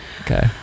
Okay